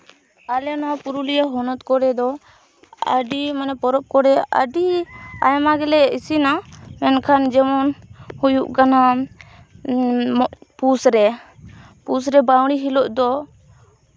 ᱟᱞᱮ ᱱᱚᱣᱟ ᱯᱩᱨᱩᱞᱤᱭᱟᱹ ᱦᱚᱱᱚᱛ ᱠᱚᱨᱮ ᱫᱚ ᱟᱹᱰᱤ ᱢᱟᱱᱮ ᱯᱚᱨᱚᱵᱽ ᱠᱚᱨᱮᱫ ᱟᱹᱰᱤ ᱟᱭᱢᱟ ᱜᱮᱞᱮ ᱤᱥᱤᱱᱟ ᱢᱮᱱᱠᱷᱟᱱ ᱡᱮᱢᱚᱱ ᱦᱩᱭᱩᱜ ᱠᱟᱱᱟ ᱯᱩᱥ ᱨᱮ ᱯᱩᱥ ᱨᱮ ᱵᱟᱹᱣᱲᱤ ᱦᱤᱞᱳᱜ ᱫᱚ